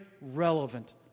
relevant